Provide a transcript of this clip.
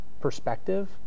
perspective